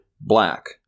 black